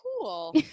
cool